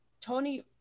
Tony